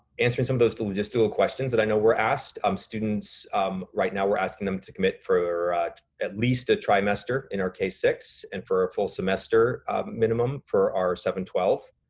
answering some of those logistical questions that i know were asked, um students right now, we're asking them to commit for at least a trimester in our k six and for a full semester minimum for our seven twelve.